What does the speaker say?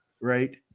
right